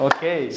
Okay